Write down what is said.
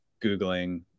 googling